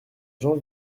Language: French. jean